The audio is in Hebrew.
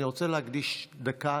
אני רוצה להקדיש דקה